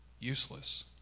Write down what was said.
useless